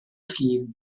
llif